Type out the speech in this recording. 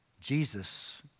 Jesus